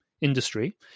industry